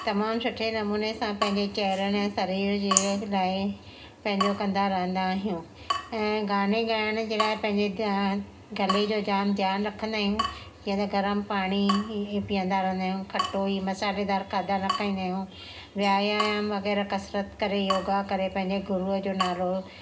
तमामु सुठे नमूने सां पंहिंजे चहिरनि ऐं शरीर जे लाइ पंहिंजो कंदा रहंदा आहियूं ऐं गाने ॻाइण जे लाइ पंहिंजे ध्यानु गले जो जाम ध्यानु रखंदा आहियूं जीअं गरम पाणी पीअंदा रहंदा आहियूं खटोई मसालेदारु ख़ाधा न ख़ाईंदाआहियूं व्यायाम वग़ैरह कसरत करे योगा करे पंहिंजे गुरू जो नालो